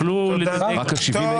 רק ה-70?